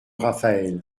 raphaël